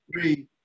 three